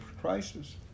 crisis